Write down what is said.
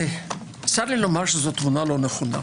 צר לי לומר שזו תמונה לא נכונה.